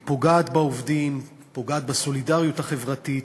היא פוגעת בעובדים, פוגעת בסולידריות החברתית,